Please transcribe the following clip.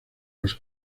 los